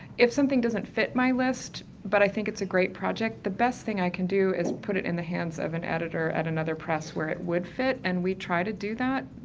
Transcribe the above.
if something doesn't fit my list, but i think it's a great project the best thing i can do is put it in the hands of an editor at another press where it would fit, and we try to do that,